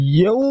yo